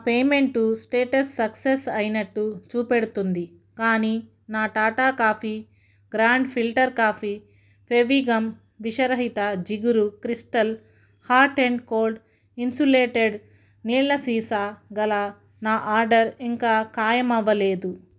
payment status success అయినట్టు చూపెడుతోంది కానీ నా Tata coffee grand filter coffee Fevigum విషరహిత జిగురు crystal hot and cold insulated నీళ్ళ సీసా గల నా ఆర్డర్ ఇంకా ఖాయమవ్వలేదు